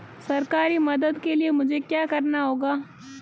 सरकारी मदद के लिए मुझे क्या करना होगा?